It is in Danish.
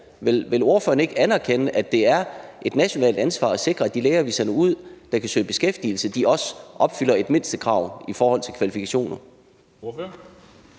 Vil ordføreren ikke anerkende, at det er et nationalt ansvar at sikre, at de læger, vi sender ud, og som kan søge beskæftigelse, også opfylder et mindstekrav i forhold til kvalifikationer?